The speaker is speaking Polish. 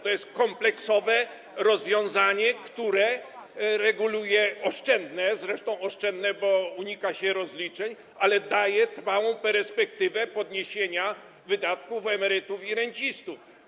To jest kompleksowe rozwiązanie, które reguluje... oszczędne zresztą, oszczędne, bo unika się rozliczeń, a daje trwałą perspektywę podniesienia świadczeń emerytów i rencistów.